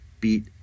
beat